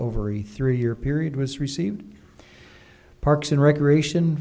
over a three year period was received parks and recreation